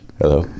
Hello